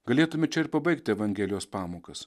galėtume čia ir pabaigti evangelijos pamokas